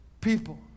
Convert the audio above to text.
people